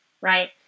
right